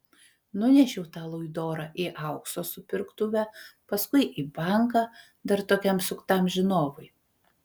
nunešiau tą luidorą į aukso supirktuvę paskui į banką dar tokiam suktam žinovui